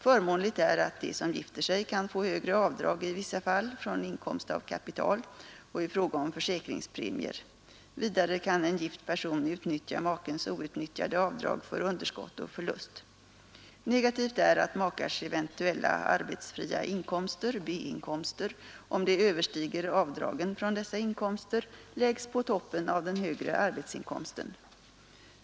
Förmånligt är att de som gifter sig kan få högre avdrag i vissa fall från inkomst av kapital och i fråga om försäkringspremier. Vidare kan en gift person utnyttja makens outnyttjade avdrag för underskott och förlust. Negativt är att makars eventuella arbetsfria inkomster , om de överstiger avdragen från dessa inkomster, läggs på toppen av den högre arbetsinkomsten.